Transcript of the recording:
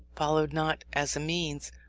followed not as a means,